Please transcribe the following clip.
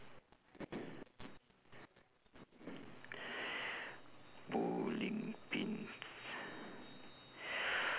bowling pins